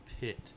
pit